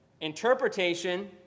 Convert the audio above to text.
interpretation